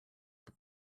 that